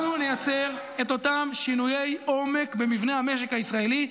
אנחנו נייצר את אותם שינויי עומק במבנה המשק הישראלי.